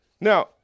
Now